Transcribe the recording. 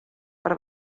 per